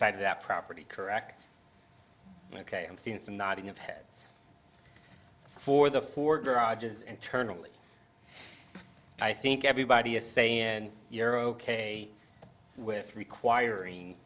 side of that property correct ok i'm seeing some nodding of heads for the four garages internally i think everybody is saying and you're ok with requiring